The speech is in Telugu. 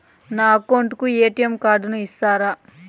నా అకౌంట్ కు ఎ.టి.ఎం కార్డును ఇస్తారా